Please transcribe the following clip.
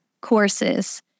courses